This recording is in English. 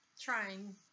Trying